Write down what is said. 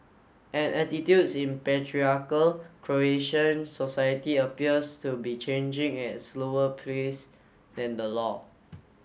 and attitudes in patriarchal Croatian society appears to be changing at slower pace than the law